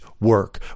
work